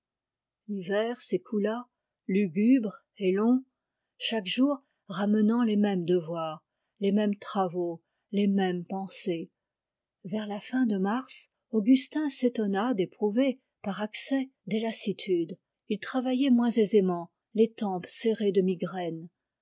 l'hiver s'écoula lugubre et long chaque jour ramenant les mêmes devoirs les mêmes travaux les mêmes pensées vers la fin de mars augustin s'étonna d'éprouver par accès des lassitudes il travaillait moins aisément les tempes serrées de migraine